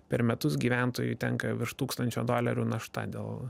per metus gyventojui tenka virš tūkstančio dolerių našta dėl